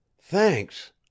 thanks